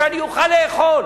שאני אוכל לאכול